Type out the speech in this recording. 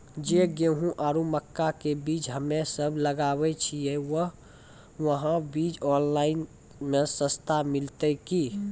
जे गेहूँ आरु मक्का के बीज हमे सब लगावे छिये वहा बीज ऑनलाइन मे सस्ता मिलते की?